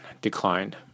declined